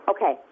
Okay